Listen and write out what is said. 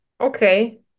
okay